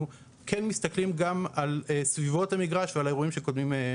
אנחנו כן מסתכלים גם על סביבות המגרש ועל האירועים שקודמים למשחק.